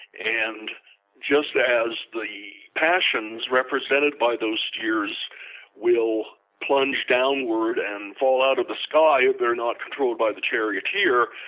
and just as the passions represented by those spheres will plunge downward and fall out of the sky if they're not controlled by the charioteer,